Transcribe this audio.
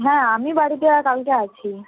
হ্যাঁ আমি বাড়িতে কালকে আছি